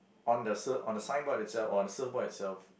on the sur~ on the signboard itself on the surfboard itself